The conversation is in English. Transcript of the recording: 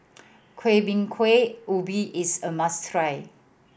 Kueh Bingka Ubi is a must try